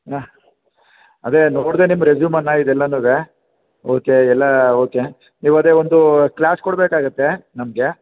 ಆಹ್ ಅದೇ ನೋಡಿದೆ ನಿಮ್ಮ ರೆಸ್ಯೂಮನ್ನು ಇದೆಲ್ಲಾನುವೆ ಓಕೆ ಎಲ್ಲ ಓಕೆ ನೀವು ಅದೇ ಒಂದು ಕ್ಲಾಸ್ ಕೊಡಬೇಕಾಗತ್ತೆ ನಮಗೆ